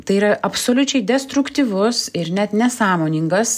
tai yra absoliučiai destruktyvus ir net nesąmoningas